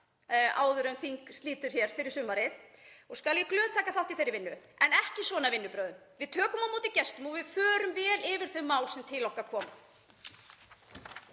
áður en þingi er slitið fyrir sumarið og skal ég glöð taka þátt í þeirri vinnu en ekki svona vinnubrögðum. Við tökum á móti gestum og við förum vel yfir þau mál sem til okkar koma.